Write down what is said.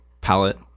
palette